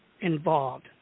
involved